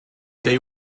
they